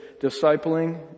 Discipling